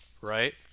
right